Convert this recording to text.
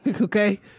Okay